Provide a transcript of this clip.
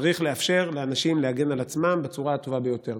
צריך לאפשר לאנשים להגן על עצמם בצורה הטובה ביותר.